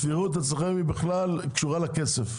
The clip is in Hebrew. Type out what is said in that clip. הסבירות אצלכם היא בכלל תשובה לכסף.